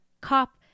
cop